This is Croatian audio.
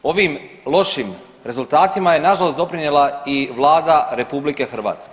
Ovim lošim rezultatima je nažalost doprinijela i Vlada RH.